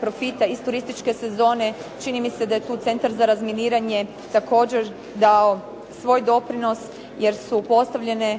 profita iz turističke sezone. Čini mi se da je tu centar za razminiranje također dao svoj doprinos jer su postavljene